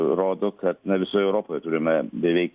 rodo kad na visoj europoje turime beveik